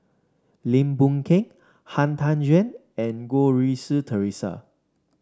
Lim Boon Keng Han Tan Juan and Goh Rui Si Theresa